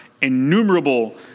innumerable